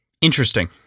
Interesting